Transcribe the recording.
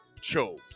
chose